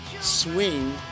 swing